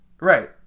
Right